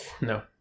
No